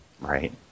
Right